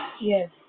Yes